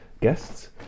guests